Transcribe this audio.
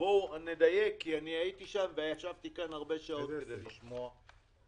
בואו נדייק כי אני הייתי שם וישבתי כאן הרבה שעות כדי לשמוע את